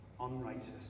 unrighteous